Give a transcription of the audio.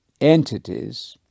entities